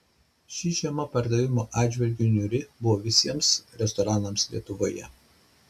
ši žiema pardavimų atžvilgiu niūri buvo visiems restoranams lietuvoje